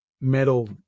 metal